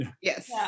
yes